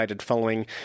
following